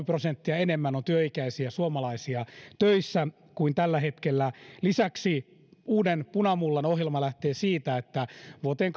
prosenttia enemmän työikäisiä suomalaisia on töissä kuin tällä hetkellä lisäksi uuden punamullan ohjelma lähtee siitä että vuoteen